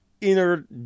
inner